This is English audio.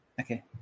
Okay